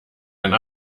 ein